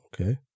okay